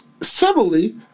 Similarly